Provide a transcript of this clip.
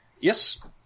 Yes